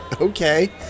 Okay